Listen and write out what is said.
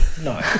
no